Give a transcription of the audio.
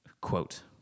quote